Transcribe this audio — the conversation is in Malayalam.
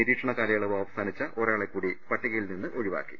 നിരീക്ഷണ കാലയളവ് അവ സാനിച്ച ഒരാളെക്കൂടി പട്ടികയിൽനിന്ന് ഒഴിവാക്കി